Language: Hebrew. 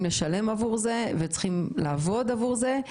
לשלם עבור זה וצריכים לעבוד עבור זה.